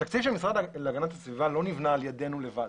התקציב של המשרד להגנת הסביבה לא נבנה על ידינו לבד,